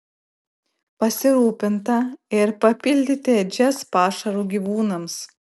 pasirūpinta ir papildyti ėdžias pašaru gyvūnams